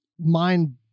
mind